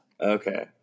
Okay